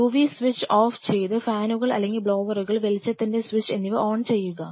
UV UV switch off ചെയ്ത് ഫാനുകൾ അല്ലെങ്കിൽ ബ്ലോവറുകൾ വെളിച്ചത്തിന്റെ സ്വിച്ച് എന്നിവ ഓൺ ചെയ്യുക